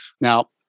Now